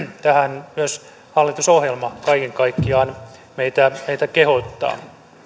tähän myös hallitusohjelma kaiken kaikkiaan meitä meitä kehottaa